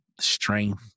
strength